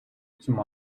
tüm